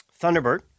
Thunderbird